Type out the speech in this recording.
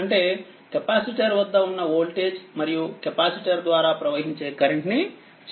అంటే కెపాసిటర్ వద్ద ఉన్న వోల్టేజ్ మరియు కెపాసిటర్ ద్వారా ప్రవహించే కరెంట్ ని చిత్రించాలి